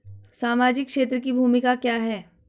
सामाजिक क्षेत्र की भूमिका क्या है?